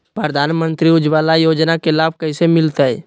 प्रधानमंत्री उज्वला योजना के लाभ कैसे मैलतैय?